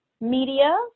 media